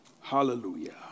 Hallelujah